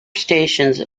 stations